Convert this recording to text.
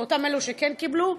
מאותם אלו שכן קיבלו,